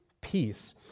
peace